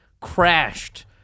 crashed